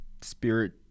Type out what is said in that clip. spirit